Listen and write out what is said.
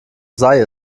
sei